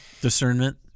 Discernment